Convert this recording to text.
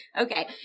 Okay